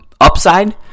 upside